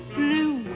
blue